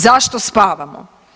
Zašto spavamo?